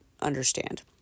understand